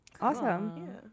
awesome